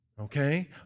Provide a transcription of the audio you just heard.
okay